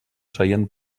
seient